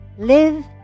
live